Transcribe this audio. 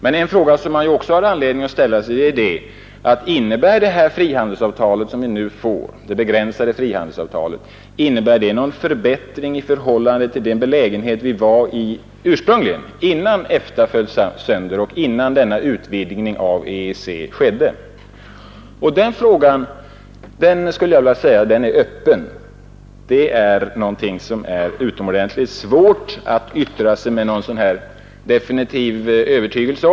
Men en fråga som man också har anledning att ställa sig är denna: Innebär det begränsade frihandelsavtal som vi nu får någon förbättring i förhållande till den belägenhet vi befann oss i ursprungligen, alltså innan EFTA föll sönder och innan denna utvidgning av EEC skedde? Den frågan skulle jag vilja säga står öppen — det är utomordentligt svårt att yttra sig om den med någon bestämdhet.